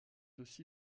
aussi